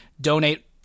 donate